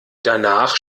danach